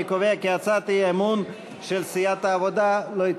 אני קובע כי הצעת האי-אמון של סיעת העבודה לא התקבלה.